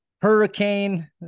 hurricane